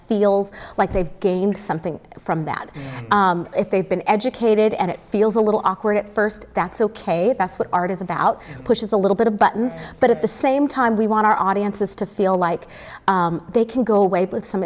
feels like they've gained something from that if they've been educated and it feels a little awkward at first that's ok that's what art is about pushes a little bit of buttons but at the same time we want our audiences to feel like they can go away with some